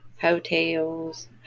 Hotels